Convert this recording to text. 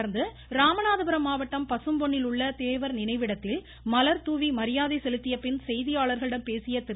தொடா்ந்து ராமநாதபுரம் மாவட்டம் பசும்பொன்னில் உள்ள தேவா் நினைவிடத்தில் மலர்தூவி மரியாதை செலுத்திய பின் செய்தியாளர்களிடம் பேசிய திரு